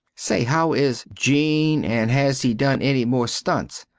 say, how is jean and has he done enny more stunts?